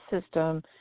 System